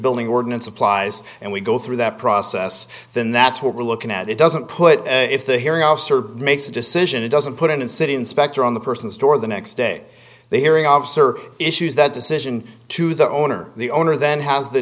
building ordinance applies and we go through that process then that's what we're looking at it doesn't put if the hearing officer makes a decision it doesn't put in city inspector on the person's door the next day they hearing officer issues that decision to the owner the owner then has the